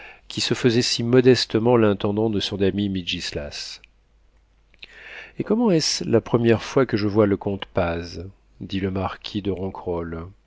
qui se faisait si modestement l'intendant de son ami mitgislas et comment est-ce la première fois que je vois le comte paz dit le marquis de